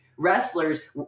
wrestlers